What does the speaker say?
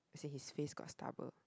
as in his face got stubble